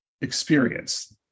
experience